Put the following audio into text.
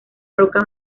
roca